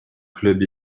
club